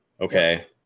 Okay